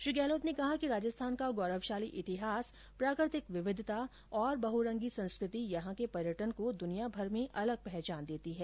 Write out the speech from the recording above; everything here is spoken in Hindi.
श्री गहलोत ने कहा कि राजस्थान का गौरवशाली इतिहास प्राकृतिक विविधता और बहरंगी संस्कृ ति यहां के पर्यटन को दुनियाभर में अलग पहचान देती है